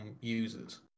users